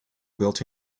built